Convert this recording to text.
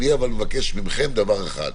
אבל אני מבקש מכם דבר אחד,